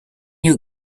you